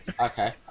okay